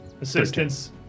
assistance